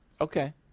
Okay